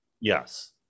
Yes